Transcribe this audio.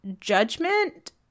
judgment